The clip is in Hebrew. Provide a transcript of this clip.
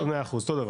מאה אחוז, אותו דבר.